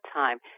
time